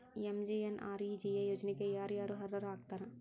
MGNREGA ಯೋಜನೆಗೆ ಯಾರ ಯಾರು ಅರ್ಹರು ಆಗ್ತಾರ?